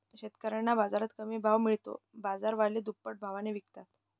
शेतकऱ्यांना बाजारात कमी भाव मिळतो, बाजारवाले दुप्पट भावाने विकतात